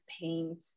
paint